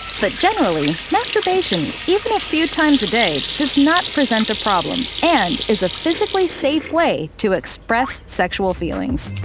but generally, masturbation, even a few times a day does not present a problem, and it is a physically safe way to express sexual feelings.